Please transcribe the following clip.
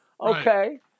Okay